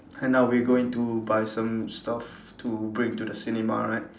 and now we going to buy some stuff to bring to the cinema right